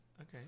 Okay